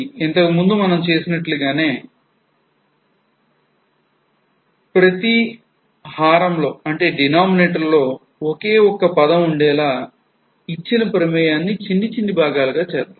ఇంతకుముందు మనం చేసినట్టుగానే ప్రతి హారంలో denominatore లో ఒకే ఒక్క పదం వుండేలా ఇచ్చిన ప్రమేయాన్ని చిన్ని చిన్ని భాగాలుగా చేద్దాం